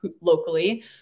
locally